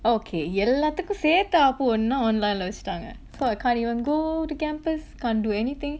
okay எல்லாத்துக்கும் சேத்து ஆப்பு ஒன்னா:ellathukkum saethu aappu onnaa online leh வெச்சுட்டாங்க:vechuttaanga leh so I can't even go to campus can do anything